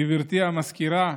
גברתי המזכירה,